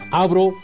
abro